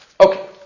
Okay